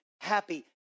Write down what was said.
happy